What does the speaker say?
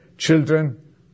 Children